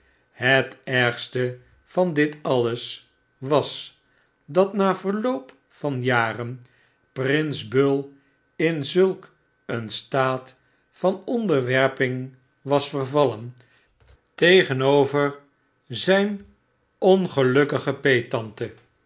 het ergste van dit alles was dat na verloop van jaren prins bull in zulk een staat van onderwerping was vervallen tegenover zp